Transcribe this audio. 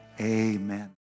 amen